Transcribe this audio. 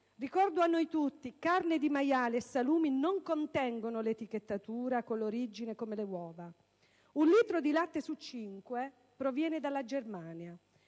Ricordo a noi tutti che carne di maiale e salumi non contengono l'etichettatura con l'origine come le uova. Un litro di latte su cinque proviene dalla Germania